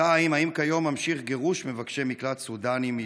2. האם כיום נמשך גירוש מבקשי מקלט סודאנים מישראל?